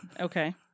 Okay